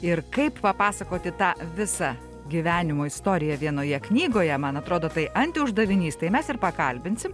ir kaip papasakoti tą visą gyvenimo istoriją vienoje knygoje man atrodo tai antiuždavinys tai mes ir pakalbinsim